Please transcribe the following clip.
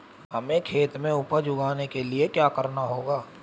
हमें खेत में उपज उगाने के लिये क्या करना होगा?